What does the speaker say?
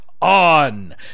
on